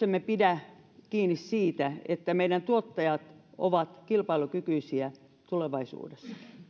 emme pidä kiinni siitä että meidän tuottajat ovat kilpailukykyisiä tulevaisuudessa